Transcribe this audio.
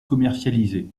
commercialisées